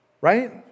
right